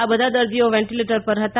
આ બધા દર્દીઓ વેન્ટિલેટર પર હતા